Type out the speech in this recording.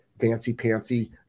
fancy-pantsy